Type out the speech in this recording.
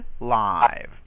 Live